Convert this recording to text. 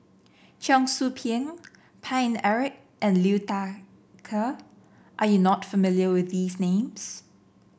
Cheong Soo Pieng Paine Eric and Liu Thai Ker are you not familiar with these names